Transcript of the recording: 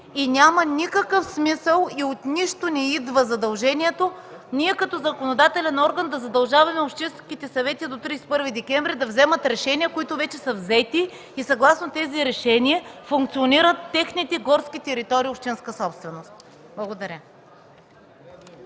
няма никакъв смисъл и от нищо не идва задължението ние като законодателен орган да задължаваме общинските съвети до 31 декември да вземат решения, които вече са взети и съгласно тези решения функционират техните горски територии – общинска собственост. Благодаря.